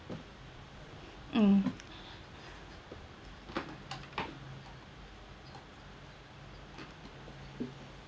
mm